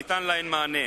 וניתן להן מענה,